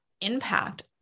impact